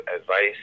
advice